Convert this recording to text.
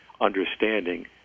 understanding